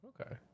Okay